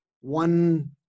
one